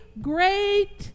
great